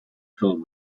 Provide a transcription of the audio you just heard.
filled